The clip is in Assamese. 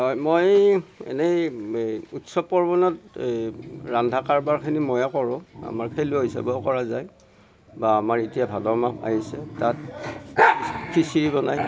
হয় মই এনেই উৎসৱ পাৰ্বণত এই ৰন্ধা কাৰবাৰখিনি মইয়ে কৰোঁ আমাৰ খেলৰ হিচাপেয়ো কৰা যায় বা আমাৰ এতিয়া ভাদ মাহ আহিছে তাত খিচিৰি বনাই